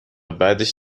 بعدش